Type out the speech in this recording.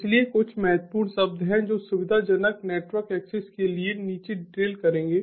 इसलिए कुछ महत्वपूर्ण शब्द हैं जो सुविधाजनक नेटवर्क एक्सेस के लिए नीचे ड्रिल करेंगे